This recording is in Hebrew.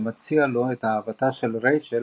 שמציע לו את אהבתה של רייצ'ל